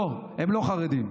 לא, הם לא חרדים,